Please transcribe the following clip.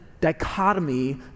dichotomy